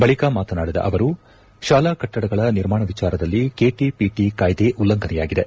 ಬಳಿಕ ಮಾತನಾಡಿದ ಅವರು ಶಾಲಾ ಕಟ್ಟಡಗಳ ನಿರ್ಮಾಣ ವಿಚಾರದಲ್ಲಿ ಕೆಟಿಪಿಟಿ ಕಾಯ್ದೆ ಉಲ್ಲಂಘನೆಯಾಗಿದೆ